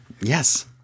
Yes